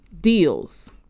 deals